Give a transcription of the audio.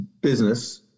business